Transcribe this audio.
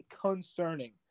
concerning